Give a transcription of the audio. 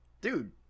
Dude